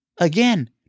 Again